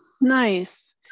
nice